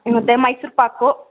ಮತ್ತು ಮೈಸೂರು ಪಾಕು